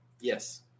Yes